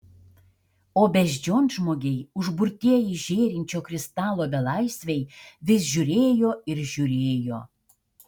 o beždžionžmogiai užburtieji žėrinčio kristalo belaisviai vis žiūrėjo ir žiūrėjo